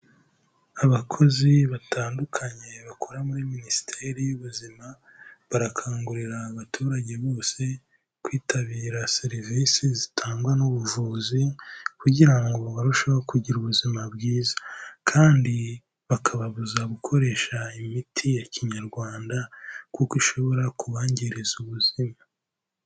Abakozi batandukanye bakora muri minisiteri y'ubuzima, barakangurira abaturage bose, kwitabira serivisi zitangwa n'ubuvuzi kugira ngo barusheho kugira ubuzima bwiza, kandi bakababuza gukoresha imiti ya kinyarwanda, kuko ishobora kubangiriza ubuzima.